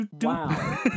Wow